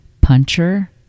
Puncher